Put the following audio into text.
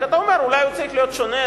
רק אתה אומר שאולי הוא צריך להיות שונה,